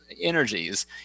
energies